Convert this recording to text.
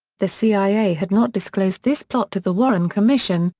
the cia had not disclosed this plot to the warren commission,